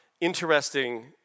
interesting